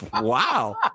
Wow